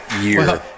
year